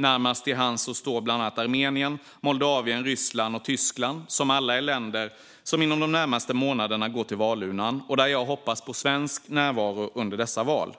Närmast till hands står bland annat Armenien, Moldavien, Ryssland och Tyskland, som alla är länder som inom de närmaste månaderna går till valurnorna och där jag hoppas på svensk närvaro under dessa val.